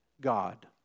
God